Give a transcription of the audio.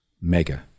mega